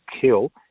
Kill